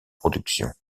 production